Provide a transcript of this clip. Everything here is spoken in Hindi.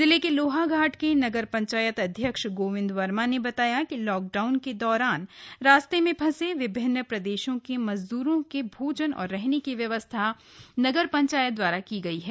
जिले के लोहाघाट के नगर पंचायत अध्यक्ष गोविन्द वर्मा ने बताया लॉकडाउन के दौरन रास्ते मे फंसे विभिन्न प्रदेशों के मजद्रों के भोजन और रहने की व्यवस्था नगर पंचायत दवारा की गई है